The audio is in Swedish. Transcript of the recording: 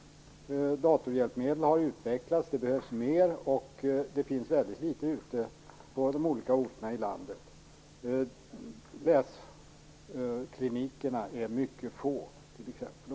Datorhjälpmedlen har utvecklats, men det behövs fler. Det finns väldigt få datorer på de olika orterna i landet. Läsklinikerna är också mycket få.